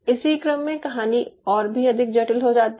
इसी क्रम में कहानी और भी अधिक जटिल हो जाती है